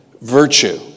virtue